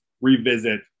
revisit